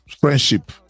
friendship